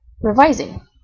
Revising